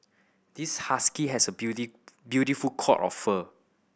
this husky has a beauty beautiful coat of fur